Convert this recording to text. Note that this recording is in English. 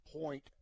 point